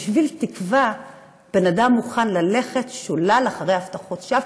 בשביל תקווה בן-אדם מוכן ללכת שולל אחרי הבטחות שווא,